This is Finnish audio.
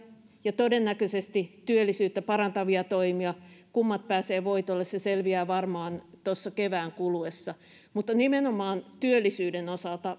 ja todennäköisesti työllisyyttä parantavia toimia kummat pääsevät voitolle selviää varmaan tuossa kevään kuluessa nimenomaan työllisyyden osalta